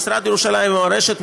המשרד לירושלים ומורשת,